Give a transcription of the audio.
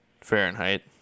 Fahrenheit